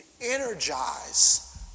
energize